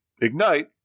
Ignite